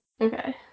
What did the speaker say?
Okay